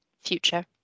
future